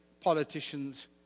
politicians